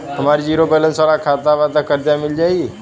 हमार zero balance वाला खाता बा त कर्जा मिल जायी?